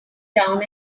down